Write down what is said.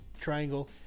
triangle